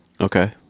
Okay